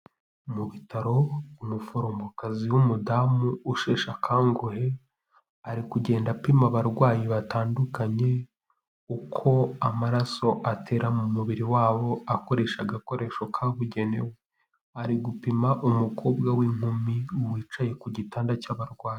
Mu bitaro umuforomokazi w'umudamu usheshe akanguhe, ari kugenda apima abarwayi batandukanye uko amaraso atera mu mubiri wabo akoresha agakoresho kabugenewe, ari gupima umukobwa w'inkumi wicaye ku gitanda cy'abarwayi.